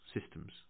systems